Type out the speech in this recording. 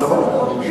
נכון.